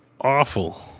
awful